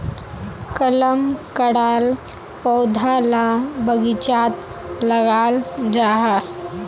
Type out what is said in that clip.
कलम कराल पौधा ला बगिचात लगाल जाहा